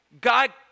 God